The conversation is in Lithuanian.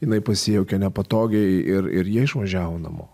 jinai pasijautė nepatogiai ir ir jie išvažiavo namo